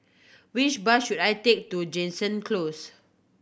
which bus should I take to Jansen Close